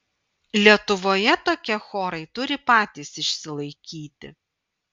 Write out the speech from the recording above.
lietuvoje tokie chorai turi patys išsilaikyti